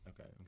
Okay